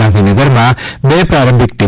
ગાંધીનગરમાં બે પ્રારંભિક ટી